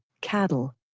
cattle